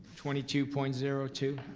twenty two point zero two,